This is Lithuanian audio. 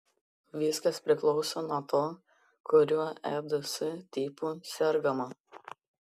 viskas priklauso nuo to kuriuo eds tipu sergama